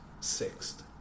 sixth